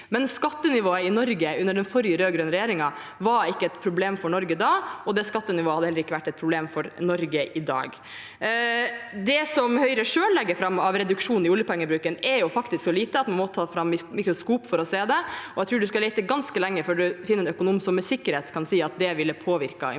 men skattenivået i Norge under den forrige rød–grønne regjeringen var ikke et problem for Norge da, og det skattenivået hadde heller ikke vært et problem for Norge i dag. Det som Høyre selv legger fram av reduksjon i oljepengebruken, er faktisk så lite at vi må ta fram mikroskop for å se det, og jeg tror en skal lete ganske lenge før en finner en økonom som med sikkerhet kan si at det ville påvirket inflasjonen